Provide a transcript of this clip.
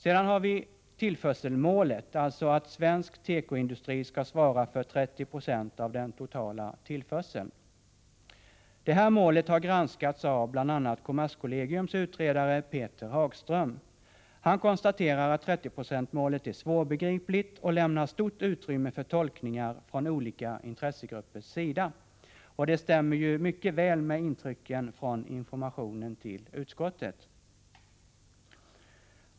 Sedan har vi tillförselmålet, dvs. att svensk tekoindustri skall svara för 30 96 av den totala tillförseln. Detta mål har granskats av bl.a. kommerskollegiums utredare Peter Hagström. Han konstaterar att 30-procentsmålet är svårbegripligt och lämnar stort utrymme för tolkningar från olika intressegruppers sida. Detta stämmer mycket väl med intrycken från informationen till utskottet.